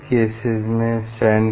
एक exceptional method है Lloyd's mirror